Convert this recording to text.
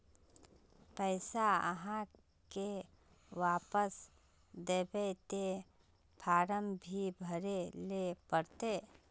पैसा आहाँ के वापस दबे ते फारम भी भरें ले पड़ते?